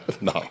No